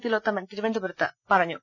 തിലോത്തമൻ തിരുവനന്തപുരത്ത് പറഞ്ഞു